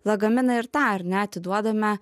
lagaminą ir tą ar ne atiduodame